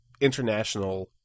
international